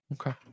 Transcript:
okay